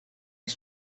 his